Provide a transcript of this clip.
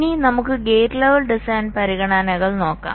ഇനി നമുക്ക് gate level design പരിഗണനകൾ നോക്കാം